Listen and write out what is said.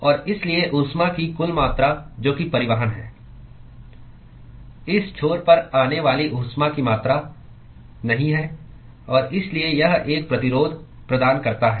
और इसलिए ऊष्मा की कुल मात्रा जो कि परिवहन है इस छोर पर आने वाली ऊष्मा की मात्रा नहीं है और इसलिए यह एक प्रतिरोध प्रदान करता है